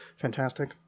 Fantastic